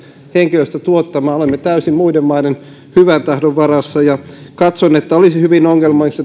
henkilöstä tuottamaan olemme täysin muiden maiden hyvän tahdon varassa katson että olisi hyvin ongelmallista